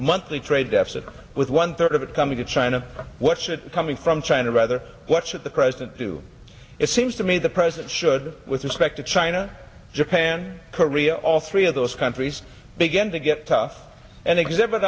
monthly trade deficit with one third of it coming to china what should coming from china rather what should the president do it seems to me the president should with respect to china japan korea all three of those countries begin to get tough and exhibit